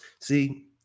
See